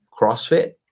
CrossFit